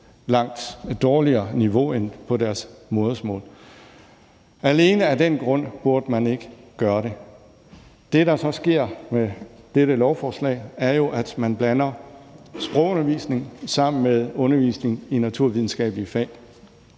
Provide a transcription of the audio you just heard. langt dårligere niveau end på deres modersmål. Alene af den grund burde man ikke gøre det. Det, der så sker med dette lovforslag, er jo, at man blander sprogundervisning sammen med undervisning i naturvidenskabelige fag.